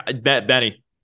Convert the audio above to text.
Benny